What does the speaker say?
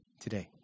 today